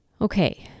Okay